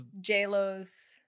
j-lo's